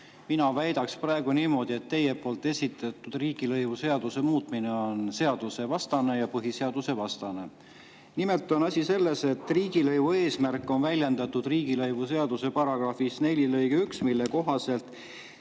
Mina väidaks praegu niimoodi, et teie esitatud riigilõivuseaduse muutmine on seadusvastane ja põhiseadusvastane. Nimelt on asi selles, et riigilõivu eesmärk on väljendatud riigilõivuseaduse § 4 lõikes 1, mille kohaselt